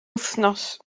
wythnos